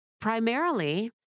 primarily